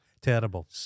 terrible